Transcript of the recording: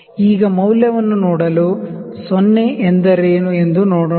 ಈಗ ಮೌಲ್ಯವನ್ನು ನೋಡಲು 0 ಎಂದರೇನು ಎಂದು ನೋಡೋಣ